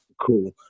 cool